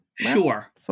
Sure